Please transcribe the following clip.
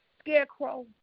scarecrow